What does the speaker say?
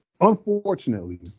Unfortunately